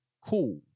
cool